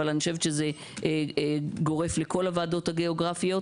אבל אני חושבת שזה גורף לכל הוועדות הגיאוגרפיות.